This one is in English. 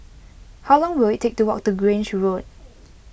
how long will it take to walk to Grange Road